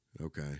Okay